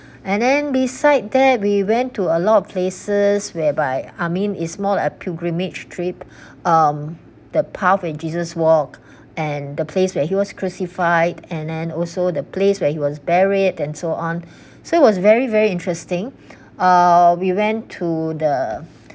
and then beside that we went to a lot of places whereby I mean is more on like a pilgrimage trip um the path and jesus walk and the place where he was crucified and then also the place where he was buried and so on so was very very interesting uh we went to the